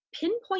pinpoint